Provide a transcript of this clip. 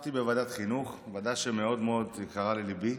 ישבתי בוועדת חינוך, ועדה שמאוד מאוד יקרה לליבי,